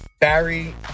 Barry